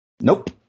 Nope